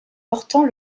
portant